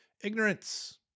Ignorance